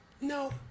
No